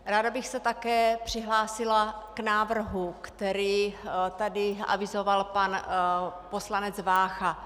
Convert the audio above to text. Ráda bych se také přihlásila k návrhu, který tady avizoval pan poslanec Vácha.